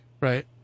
right